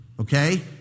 Okay